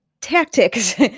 tactics